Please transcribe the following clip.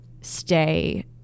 stay